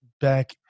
back